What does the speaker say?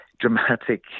dramatic